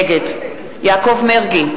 נגד יעקב מרגי,